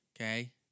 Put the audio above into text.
Okay